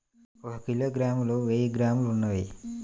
ఒక కిలోగ్రామ్ లో వెయ్యి గ్రాములు ఉన్నాయి